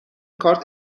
کارت